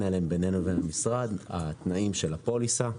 עליהם בינינו במשרד: התנאים של הפוליסה.